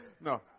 No